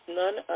none